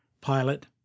Pilot